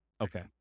Okay